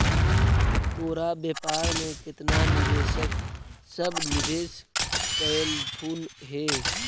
तोर व्यापार में केतना निवेशक सब निवेश कयलथुन हे?